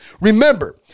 Remember